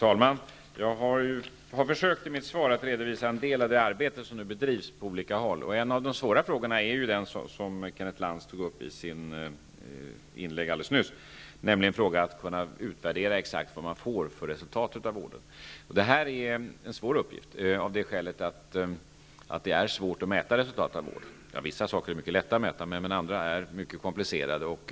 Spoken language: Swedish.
Fru talman! Jag har i mitt svar försökt redovisa en del av det arbete som nu bedrivs på olika håll. En av de svåra frågorna är den som Kenneth Lantz tog upp i sitt inlägg alldeles nyss, nämligen att kunna utvärdera exakt vad man får för resultat av vården. Det är en svår uppgift, eftersom det är svårt att mäta resultat av vården. Vissa saker är mycket lätta att mäta, medan andra är mycket komplicerade.